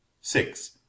Six